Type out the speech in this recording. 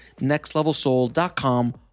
nextlevelsoul.com